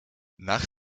nach